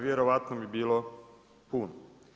Vjerojatno bi bilo puno.